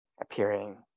appearing